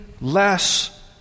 less